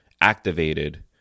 activated